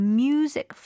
music